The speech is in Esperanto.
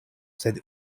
sed